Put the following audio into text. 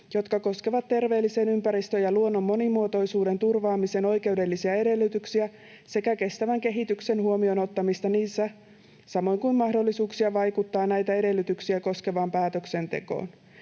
jotka koskevat terveellisen ympäristön ja luonnon monimuotoisuuden turvaamisen oikeudellisia edellytyksiä sekä kestävän kehityksen huomioon ottamista niissä, samoin kuin mahdollisuuksia vaikuttaa näitä edellytyksiä koskevaan päätöksentekoon”.